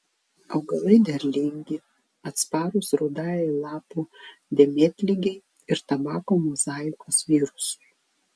augalai derlingi atsparūs rudajai lapų dėmėtligei ir tabako mozaikos virusui